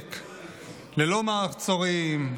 בנשק ללא מעצורים,